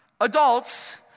Adults